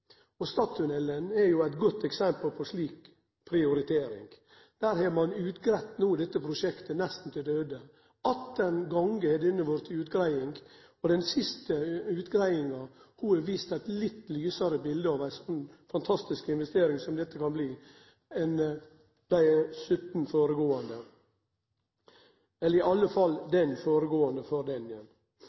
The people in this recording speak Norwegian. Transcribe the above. er jo eit godt eksempel på slik prioritering. Der har ein no utgreidd dette prosjektet nesten til døde. 18 gonger har han vore utgreidd, og den siste utgreiinga har vist eit litt lysare bilete enn dei 17 føregåande utgreiingane av kva for ei fantastisk investering dette kan bli. Så ser vi andre store prosjekt som ein har på gang i